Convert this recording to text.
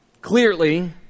Clearly